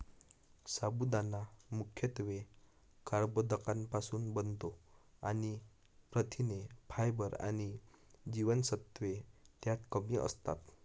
साबुदाणा मुख्यत्वे कर्बोदकांपासुन बनतो आणि प्रथिने, फायबर आणि जीवनसत्त्वे त्यात कमी असतात